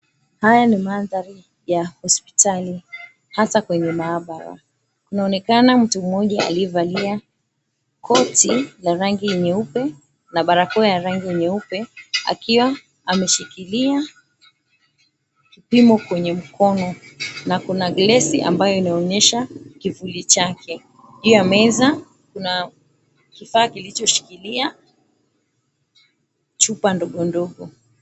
Haya ni mandhari ya hospitali, hasa kwenye maabara. Kunaonekana mtu mmoja aliyevalia koti la rangi nyeupe na barakoa ya rangi nyeupe akiwa ameshikilia kipimo kwenye mkono na kuna glasi ambayo inaonyesha kivuli chake. Juu ya meza kuna kifaa kilichoshikilia chupa ndogo ndogo.